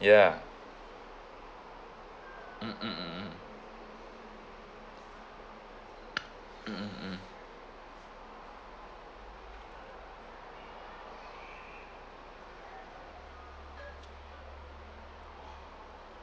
ya mm mm mm mm mm mm